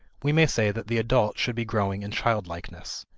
we may say that the adult should be growing in childlikeness.